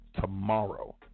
tomorrow